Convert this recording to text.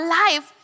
life